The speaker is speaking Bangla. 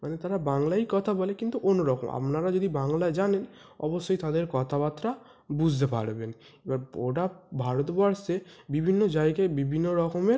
মানে তারা বাংলাই কথা বলে কিন্তু অন্য রকম আপনারা যদি বাংলা জানেন অবশ্যই তাদের কথাবার্তা বুঝতে পারবেন এবার ওটা ভারতবর্ষে বিভিন্ন জায়গায় বিভিন্ন রকমের